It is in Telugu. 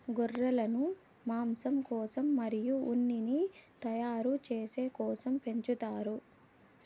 గొర్రెలను మాంసం కోసం మరియు ఉన్నిని తయారు చేసే కోసం పెంచుతారు